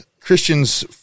Christian's